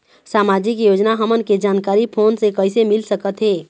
सामाजिक योजना हमन के जानकारी फोन से कइसे मिल सकत हे?